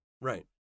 Right